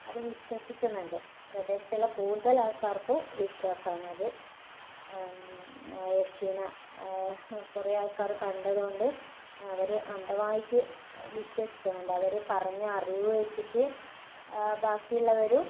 അത് വിശ്വസിക്കുന്നുണ്ട് പ്രദേശത്തുള്ള കൂടുതൽ ആൾക്കാർക്കും വിശ്വാസം ആണത് ആ യക്ഷീനെ കുറേ ആൾക്കാർ കണ്ടതുകൊണ്ട് അവർ അന്ധമായിട്ട് വിശ്വസിക്കുന്നുണ്ട് അവർ പറഞ്ഞ അറിവ് വച്ചിട്ട് ബാക്കിയുള്ളവരും